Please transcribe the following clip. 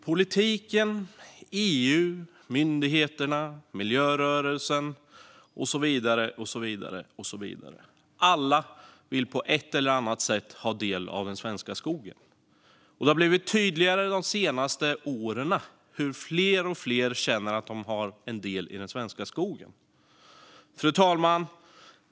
Politiken, EU, myndigheterna, miljörörelsen och så vidare - alla vill de på ett eller annat sätt ha del av den svenska skogen. Det har också blivit tydligare under de senaste åren att fler och fler känner att de har en del i den svenska skogen.